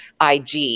IG